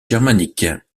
germanique